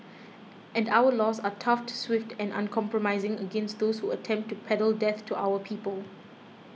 and our laws are tough swift and uncompromising against those who attempt to peddle death to our people